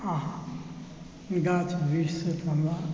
आ गाछ वृक्षसॅं हमरा